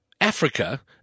Africa